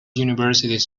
universities